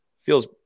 feels